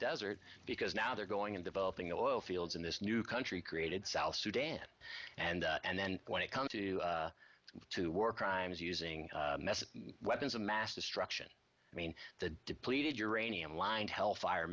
desert because now they're going in developing the oil fields in this new country created south sudan and and then when it comes to to war crimes using weapons of mass destruction i mean the depleted uranium lined hellfire